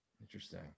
Interesting